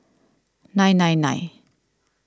nine nine nine